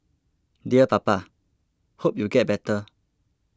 dear Papa hope you get better